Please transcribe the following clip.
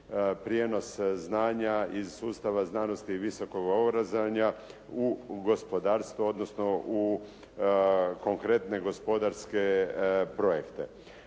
prijenos znanja iz sustava znanosti i visokog obrazovanja u gospodarstvo, odnosno u konkretne gospodarske projekte.